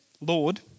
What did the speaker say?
Lord